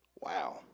Wow